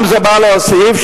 זה גם בא להוסיף,